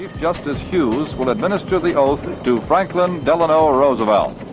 justice hughes will administer the oath to franklin delano roosevelt.